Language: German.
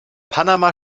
panama